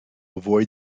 avoid